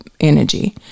energy